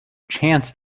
chance